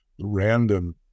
random